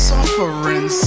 Suffering